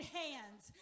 hands